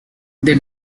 they